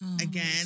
again